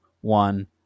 one